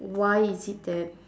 why is it that